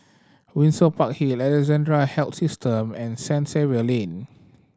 Windsor Park Hill Alexandra Health System and Saint Xavier Lane